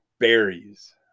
Berries